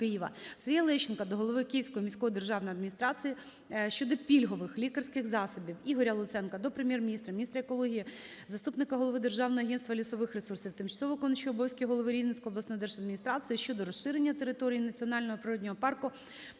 Сергія Лещенка до голови Київської міської державної адміністрації щодо пільгових лікарських засобів. Ігоря Луценка до Прем'єр-міністра, міністра екології, заступника голови Державного агентства лісових ресурсів, тимчасово виконуючого обов’язки голови Рівненської обласної держадміністрації щодо розширення територій національного природного парку